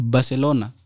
Barcelona